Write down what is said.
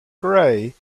grey